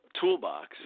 toolbox